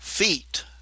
Feet